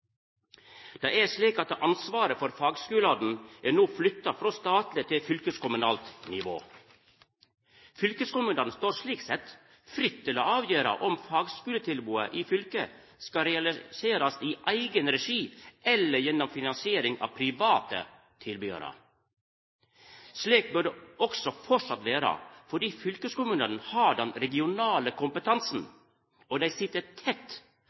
Det er slik at ansvaret for fagskulane no er flytta frå statleg til fylkeskommunalt nivå. Fylkeskommunane står slik sett fritt til å avgjera om fagskuletilbodet i fylket skal realiserast i eigen regi, eller gjennom finansiering av private tilbydarar. Slik bør det også framleis vera, fordi fylkeskommunane har den regionale kompetansen, og dei sit tett